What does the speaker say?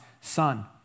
son